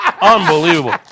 Unbelievable